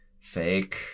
fake